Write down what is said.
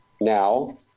Now